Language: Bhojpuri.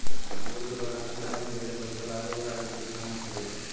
अंगूर के बगानी करे में ढेरे पइसा लागेला आ इ गुच्छा में फरेला